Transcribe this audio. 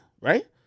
right